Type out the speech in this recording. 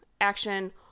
action